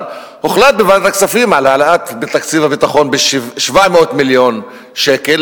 הוחלט בוועדת הכספים על העלאה של תקציב הביטחון ב-700 מיליון שקל.